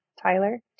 Tyler